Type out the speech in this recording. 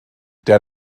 der